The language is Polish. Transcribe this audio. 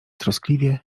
troskliwie